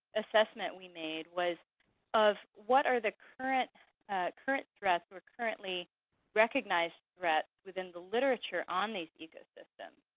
assessment we made was of what are the current current threats or currently recognized threats within the literature on these ecosystems?